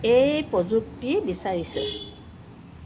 এই প্ৰযুক্তি বিচাৰিছে